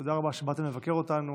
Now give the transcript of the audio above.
תודה רבה שבאתם לבקר אותנו